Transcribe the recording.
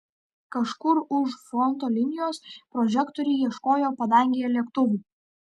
kažkur už fronto linijos prožektoriai ieškojo padangėje lėktuvų